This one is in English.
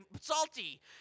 salty